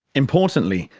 importantly,